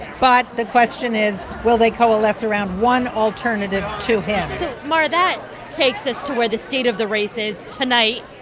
but the question is will they coalesce around one alternative to him? so mara, that takes us to where the state of the race is tonight,